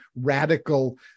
radical